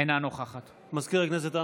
אינה נוכחת מזכיר הכנסת,